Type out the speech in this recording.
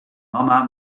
mama